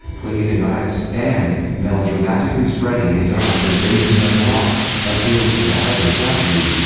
pleading eyes, and, melodramatically spreading his arms and raising them aloft, appealed to the heavens thusly.